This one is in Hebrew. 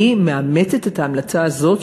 אני מאמצת את ההמלצה הזאת,